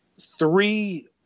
three